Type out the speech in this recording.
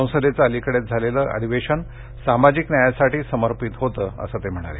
संसदेचं अलिकडे झालेलं अधिवेशन सामाजिक न्यायासाठी समर्पित होतं असं ते म्हणाले